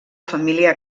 família